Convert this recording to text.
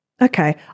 Okay